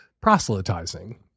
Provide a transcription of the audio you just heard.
proselytizing